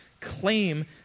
claim